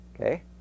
okay